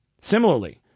Similarly